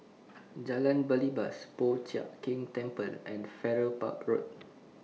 Jalan Belibas Po Chiak Keng Temple and Farrer Park Road